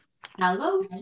Hello